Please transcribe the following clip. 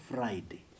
Friday